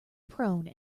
prone